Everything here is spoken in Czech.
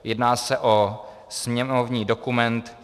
Jedná se o sněmovní dokument 1938.